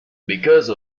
because